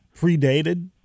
predated